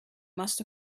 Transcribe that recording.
must